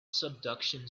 subduction